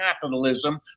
capitalism